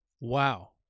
Wow